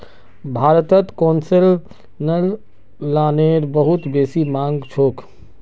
भारतत कोन्सेसनल लोनेर बहुत बेसी मांग छोक